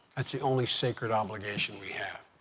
that's the only sacred obligation we have.